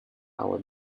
our